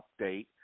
update